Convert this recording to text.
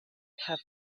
have